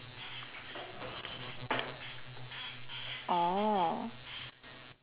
oh